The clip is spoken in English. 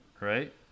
Right